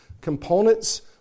components